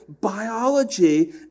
biology